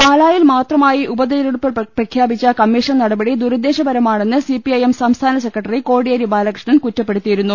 പാലായിൽ മാത്രമായി ഉപതെരഞ്ഞെടുപ്പ് പ്രഖ്യാപിച്ച കമ്മീഷൻ നടപടി ദുരുദ്ദേശപരമാണെന്ന് സിപിഐഎം സംസ്ഥാന സെക്രട്ടരി കോടിയേരി ബാലകൃഷ്ണൻ കുറ്റപ്പെടുത്തിയിരുന്നു